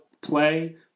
play